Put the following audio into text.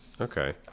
Okay